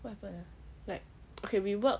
what happen ah like okay we work